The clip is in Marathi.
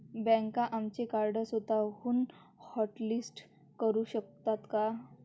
बँका आमचे कार्ड स्वतःहून हॉटलिस्ट करू शकतात का?